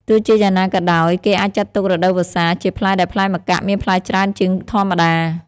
ទោះជាយ៉ាងណាក៏ដោយ គេអាចចាត់ទុក រដូវវស្សា ជាពេលដែលផ្លែម្កាក់មានផ្លែច្រើនជាងធម្មតា។